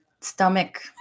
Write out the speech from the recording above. stomach